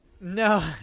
No